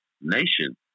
nation